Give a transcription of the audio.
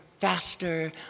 faster